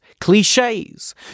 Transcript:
cliches